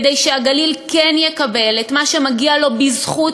כדי שהגליל כן יקבל את מה שמגיע לו בזכות,